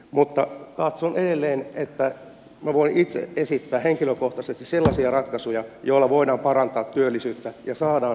mutta katson edelleen että minä voin itse esittää henkilökohtaisesti sellaisia ratkaisuja joilla voidaan parantaa työllisyyttä ja saadaan duunari töihin